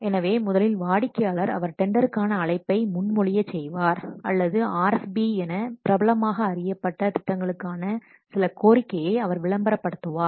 எனவே முதலில் வாடிக்கையாளர் அவர் டெண்டர்கான அழைப்பை முன்மொழியச் செய்வார் அல்லது RFP என பிரபலமாக அறியப்பட்ட திட்டங்களுக்கான சில கோரிக்கையை அவர் விளம்பரப்படுத்துவார்